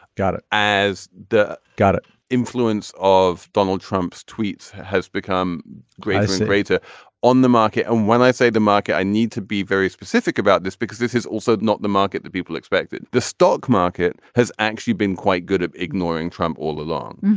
got it as the. got it influence of donald trump's tweets has become great and so greater on the market. and when i say the market i need to be very specific about this because this is also not the market that people expected. the stock market has actually been quite good at ignoring trump all along.